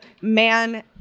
man